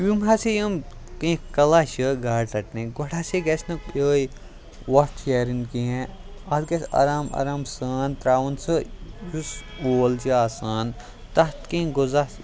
یِم ہاسے یِم کیٚنٛہہ کَلا چھِ گاڈٕ رَٹنہِ گۄڈٕ ہاسے گَژھِ نہٕ وۄٹھ شیرٕنۍ کیٚنٛہہ اَتھ گَژھِ آرام آرام سان ترٛاوُن سُہ یُس وول چھِ آسان تَتھ کیٚنٛہہ غذا